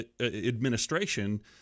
administration